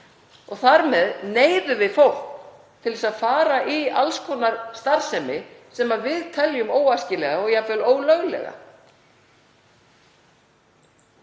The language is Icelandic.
Þar með neyðum við fólk til að fara í alls konar starfsemi sem við teljum óæskilega og jafnvel ólöglega.